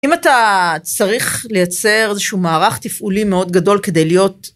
אם אתה צריך לייצר איזשהו מערך תפעולי מאוד גדול כדי להיות...